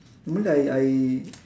to me I I